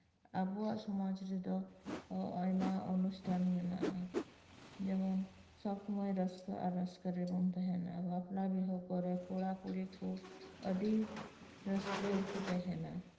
ᱟᱵᱚᱣᱟᱜ ᱥᱚᱢᱟᱡ ᱨᱮᱫ ᱚ ᱟᱭᱢᱟ ᱚᱱᱩᱥᱴᱷᱟᱱ ᱢᱮᱱᱟᱜᱼᱟ ᱡᱮᱢᱚᱱ ᱥᱚᱵ ᱥᱚᱢᱚᱭ ᱨᱟᱹᱥᱠᱟᱹ ᱟᱨ ᱨᱟᱹᱥᱠᱟᱹ ᱨᱮᱜᱮ ᱵᱚᱱ ᱛᱟᱸᱦᱮᱱᱟ ᱵᱟᱯᱞᱟ ᱵᱤᱦᱟᱹ ᱠᱚᱨᱮᱜ ᱠᱚᱲᱟ ᱠᱩᱲᱤ ᱠᱚ ᱟᱹᱰᱤ ᱨᱟᱹᱥᱠᱟᱹ ᱨᱮᱠᱚ ᱛᱟᱸᱦᱮᱱᱟ